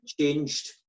changed